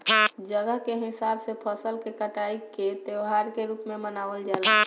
जगह के हिसाब से फसल के कटाई के त्यौहार के रूप में मनावल जला